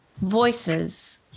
voices